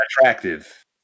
attractive